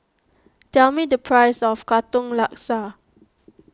tell me the price of Katong Laksa